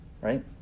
right